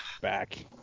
back